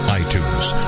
iTunes